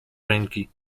ręki